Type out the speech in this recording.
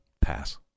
Pass